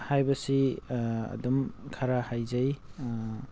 ꯍꯥꯏꯕꯁꯤ ꯑꯗꯨꯝ ꯈꯔ ꯍꯩꯖꯩ